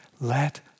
let